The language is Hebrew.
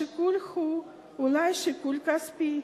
השיקול הוא אולי שיקול כספי,